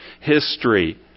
history